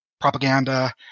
propaganda